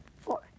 four